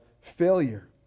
failure